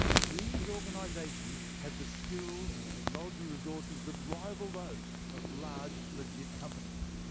these organisations have the skills and technology resources that rival those of large legit companies.